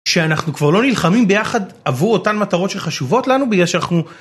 שאנחנו כבר לא נלחמים ביחד, עבור אותן מטרות שחשובות לנו בגלל שאנחנו